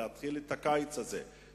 להתחיל את הקיץ הזה,